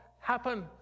happen